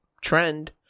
trend